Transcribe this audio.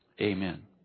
amen